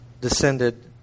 descended